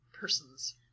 persons